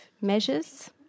measures